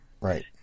right